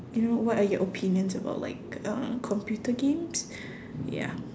you know what are your opinions about like uh computer games ya